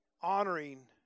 Honoring